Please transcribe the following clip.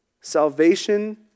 Salvation